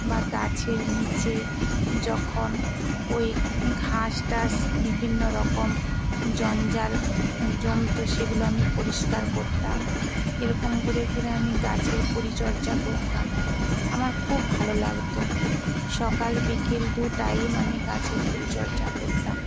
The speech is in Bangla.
বা গাছের নিচে যখন ওই ঘাস টাষ বিভিন্ন রকম জঞ্জাল জমতো সেগুলো আমি পরিষ্কার করতাম এরকম করে করে আমি গাছের পরিচর্যা করতাম আমার খুব ভালো লাগতো সকাল বিকেল দু টাইম আমি গাছের পরিচর্যা করতাম